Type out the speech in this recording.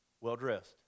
well-dressed